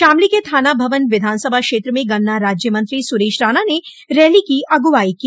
शामली के थाना भवन विधानसभा क्षेत्र में गन्ना राज्य मंत्री सुरेश राणा ने रैली की अगुवाई की